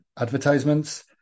advertisements